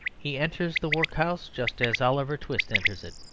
he enters the workhouse just as oliver twist enters it,